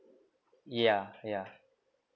yeah yeah